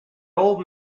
old